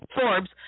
Forbes